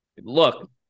Look